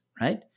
Right